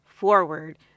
forward